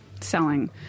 selling